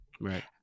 Right